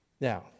Now